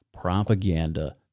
propaganda